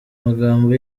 magambo